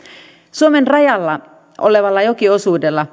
suomen rajalla olevalla jokiosuudella